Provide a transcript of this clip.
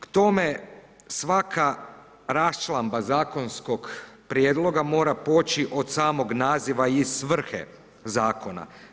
K tome svaka rasčlandba zakonskog prijedloga mora poći od samog naziva i svrhe zakona.